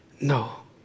no